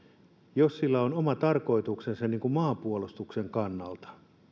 jos sillä on oma tarkoituksensa maanpuolustuksen kannalta